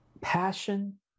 passion